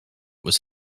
was